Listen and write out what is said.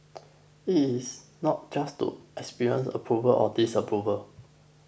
it is not just expressing approval or disapproval